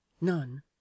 None